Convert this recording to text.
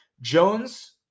Jones